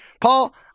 Paul